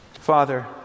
Father